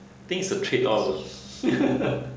think it's a trade-off